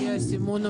כאן אין אריזה.